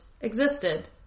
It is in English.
existed